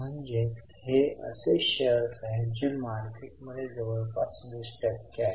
म्हणजेच हे असे शेअर्स आहेत जे मार्केट मध्ये जवळपास 20 टक्के आहेत